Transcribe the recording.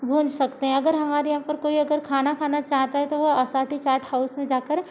भुन सकते हैं अगर हमारे यहाँ पर अगर कोई खाना खाना चाहता है तो वो आसाठी चाट हाउस में जाकर